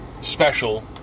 special